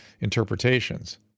interpretations